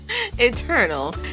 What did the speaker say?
Eternal